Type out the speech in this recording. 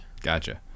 Gotcha